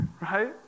Right